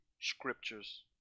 scriptures